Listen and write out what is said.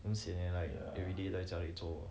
很 sian eh like everyday 都在家里做